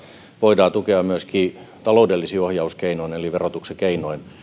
voidaan tukea myöskin taloudellisin ohjauskeinoin eli verotuksen keinoin